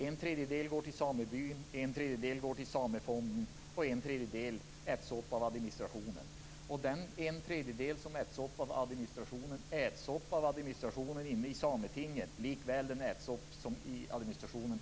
En tredjedel går till samebyn, en tredjedel går till Samefonden och en tredjedel äts upp av administrationen. Den tredjedel som äts upp av administration äts upp inne i Sametinget likväl som på länsstyrelsen.